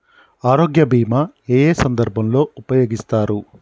ఆరోగ్య బీమా ఏ ఏ సందర్భంలో ఉపయోగిస్తారు?